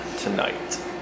tonight